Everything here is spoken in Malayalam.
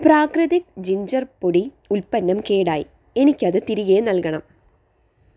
പ്രാകൃതിക് ജിൻജർ പൊടി ഉൽപ്പന്നം കേടായി എനിക്കത് തിരികെ നൽകണം